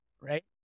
right